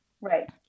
Right